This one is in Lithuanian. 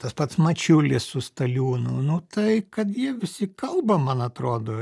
tas pats mačiulis su staliūnu nu tai kad jie visi kalba man atrodo